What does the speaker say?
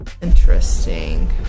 Interesting